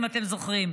אם אתם זוכרים,